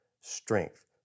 strength